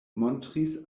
montris